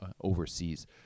overseas